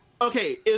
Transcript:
okay